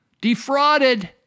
defrauded